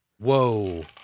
Whoa